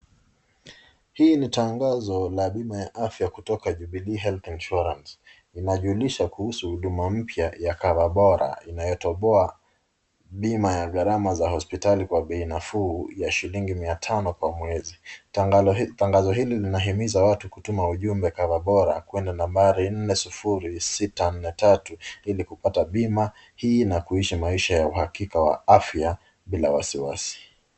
Hii ni tangazo la bima ya afya kutoka Jubilee Health Insurance . Inajulisha kuhusu huduma mpya ya [cscover Bora inayotoa bima ya gharama za hospitali kwa bei nafuu ya shilingi mia tano kwa mwezi. Tangazo hili linahimiza watu kutuma ujumbe [cscover Bora kwenda nambari nne, sufuri, sita, nne, tatu ili kupata bima hii na kuishi maisha ya uhakika wa afya bila wasiwasi.